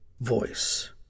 voice